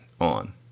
on